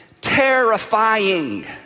terrifying